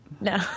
No